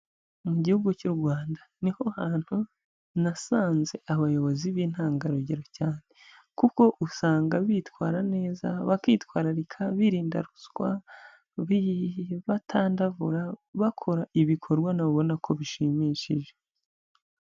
Mu gihugu cy'u Rwanda ni ho hantu nasanze abayobozi b'intangarugero cyane, kuko usanga bitwara neza, bakitwararika, birinda ruswa, batandavura, bakora ibikorwa nawe ubona ko bishimishije.